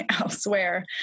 elsewhere